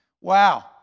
wow